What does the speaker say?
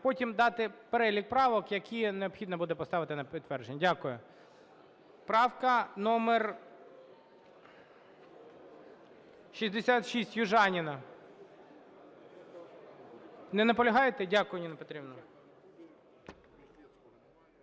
потім дати перелік правок, які необхідно буде поставити на підтвердження. Дякую. Правка номер 66. Южаніна. Не наполягаєте? Дякую, Ніна Петрівна.